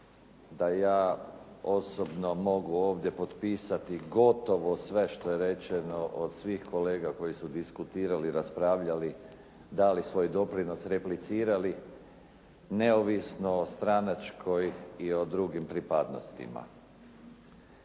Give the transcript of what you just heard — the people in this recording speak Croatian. da ja osobno mogu ovdje potpisati gotovo sve što je riječ od svih kolega koji su diskutirali, raspravljali, dali svoj doprinos, replicirali, neovisno o stranačkoj i o drugim pripadnostima.